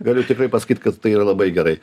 galiu tikrai pasakyt kad tai yra labai gerai